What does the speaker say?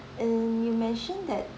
and you mentioned that